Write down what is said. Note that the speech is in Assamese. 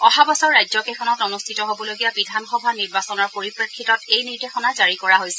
অহা বছৰ ৰাজ্যকেইখনত অনুষ্ঠিত হ'বলগীয়া বিধানসভা নিৰ্বাচনৰ পৰিপ্ৰেক্ষিতত এই নিৰ্দেশনা জাৰি কৰা হৈছে